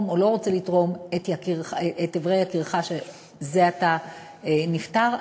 או לא רוצה לתרום את איברי יקירך שזה עתה נפטר,